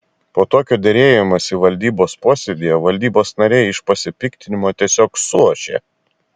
po tokio derėjimosi valdybos posėdyje valdybos nariai iš pasipiktinimo tiesiog suošė